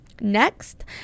Next